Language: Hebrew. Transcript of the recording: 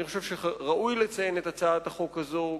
אני חושב שראוי לציין את הצעת החוק הזאת,